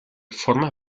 forma